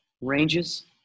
ranges